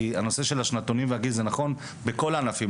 כי הנושא של השנתונים והגיל זה נכון בכל הענפים,